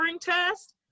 test